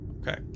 Okay